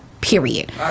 period